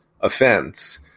offense